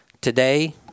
Today